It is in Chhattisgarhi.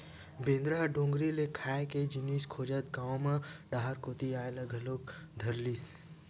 बेंदरा ह डोगरी ले खाए के जिनिस खोजत गाँव म डहर कोती अये ल घलोक धरलिस